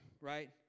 right